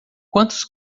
quantos